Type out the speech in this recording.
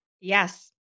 Yes